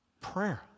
prayer